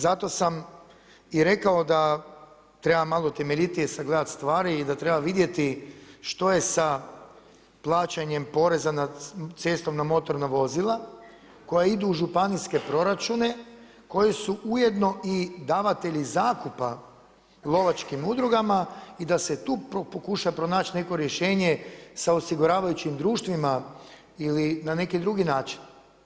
Zato sam i rekao da treba malo temeljitije sagledati stvari i da treba vidjeti to je sa plaćanjem poreza na cestovna motorna vozila koja idu u županijske proračune koji su ujedno i davatelji zakupa lovačkim udrugama i da se tu pokuša pronać neko rješenje sa osiguravajućim društvima ili na neki drugi način.